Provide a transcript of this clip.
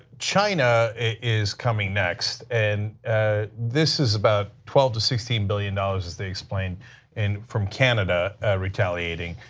china is coming next, and this is about twelve to sixteen billion dollars as the explained and from canada retaliating,